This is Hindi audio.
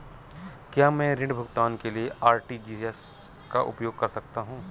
क्या मैं ऋण भुगतान के लिए आर.टी.जी.एस का उपयोग कर सकता हूँ?